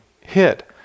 hit